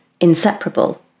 inseparable